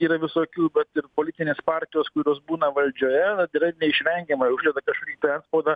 yra visokių bet ir politinės partijos kurios būna valdžioje yra neišvengiamai uždeda kažkokį tai antspaudą